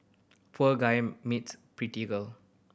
poor guy meets pretty girl